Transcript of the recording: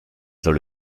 soll